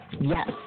Yes